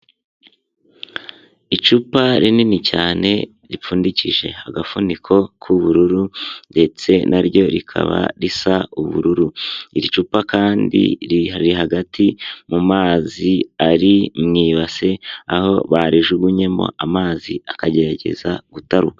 Icupa rinini cyane ripfundikije agafuniko k'ubururu ndetse naryo rikaba risa ubururu, iri cupa kandi riri hagati mu mazi ari mu ibasi aho barijugunyemo amazi akagerageza gutaruka.